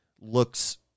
looks